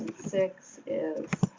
six is